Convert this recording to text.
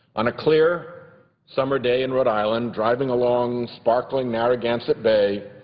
on a clear summer day in rhode island driving along sparkling narragansett bay,